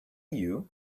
you